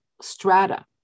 strata